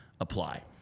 apply